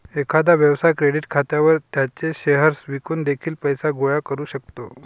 एखादा व्यवसाय क्रेडिट खात्यावर त्याचे शेअर्स विकून देखील पैसे गोळा करू शकतो